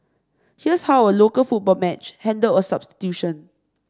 here's how a local football match handled a substitution